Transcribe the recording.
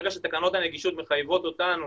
ברגע שתקנות הנגישות מחייבות אותנו